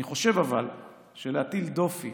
אבל אני חושב שלהטיל דופי